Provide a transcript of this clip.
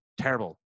terrible